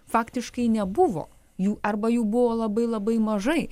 faktiškai nebuvo jų arba jų buvo labai labai mažai